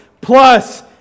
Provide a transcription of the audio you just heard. plus